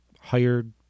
hired